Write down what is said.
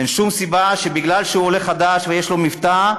אין שום סיבה שבגלל שהוא עולה חדש ויש לו מבטא,